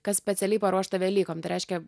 kas specialiai paruošta velykom tai reiškia